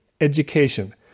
education